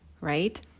right